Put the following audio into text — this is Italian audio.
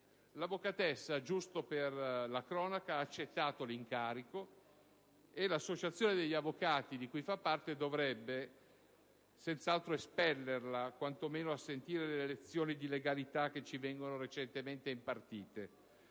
L'avvocatessa, giusto per la cronaca, ha accettato l'incarico e l'Associazione degli avvocati di cui fa parte dovrebbe, quindi, senz'altro espellerla, quantomeno a sentire le lezioni di legalità che ci vengono di recente impartite.